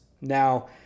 Now